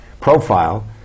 profile